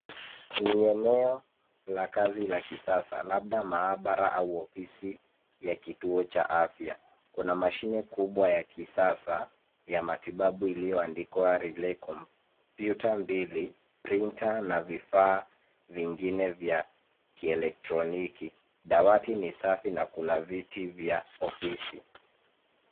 Ni eneo la kazi la kisasa labda maabara au ofisi ya kituo cha afya. Kuna mashine kubwa ya kisasa ya matibabu iliyoandikwa Realy com . Kompyuta mbili printer na vifaa vingine vya kielektroniki. Dawati ni safi na kuna viti vya ofisi.